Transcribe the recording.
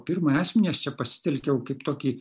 pirmąjį asmenį aš čia pasitelkiau kaip tokį